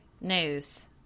news